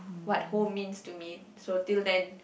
what home means to me so till then